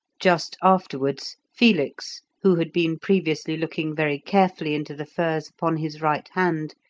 just afterwards felix, who had been previously looking very carefully into the firs upon his right hand,